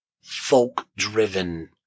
folk-driven